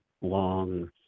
long